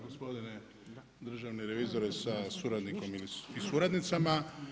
Gospodine državni revizore sa suradnikom i suradnicama.